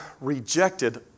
rejected